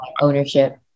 ownership